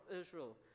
Israel